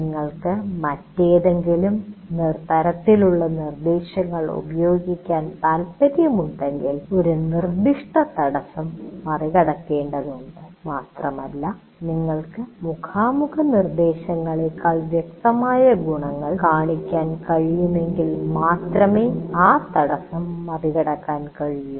നിങ്ങൾക്ക് മറ്റേതെങ്കിലും തരത്തിലുള്ള നിർദ്ദേശങ്ങൾ ഉപയോഗിക്കാൻ താൽപ്പര്യമുണ്ടെങ്കിൽ ഒരു നിർദ്ദിഷ്ട തടസ്സം മറികടക്കേണ്ടതുണ്ട് മാത്രമല്ല നിങ്ങൾക്ക് ആ മുഖാമുഖനിർദ്ദേശങ്ങളെക്കാൾ വ്യക്തമായ ഗുണങ്ങൾ കാണിക്കാൻ കഴിയുമെങ്കിൽ മാത്രമേ ആ തടസ്സം മറികടക്കാൻ കഴിയൂ